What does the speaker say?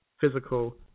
physical